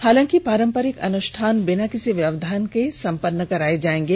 हालांकि पारम्परिक अनुष्ठान बिना किसी व्यवधान के सम्पन्न कराए जाएंगे